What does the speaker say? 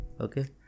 okay